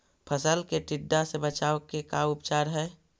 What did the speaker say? फ़सल के टिड्डा से बचाव के का उपचार है?